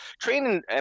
training